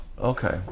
okay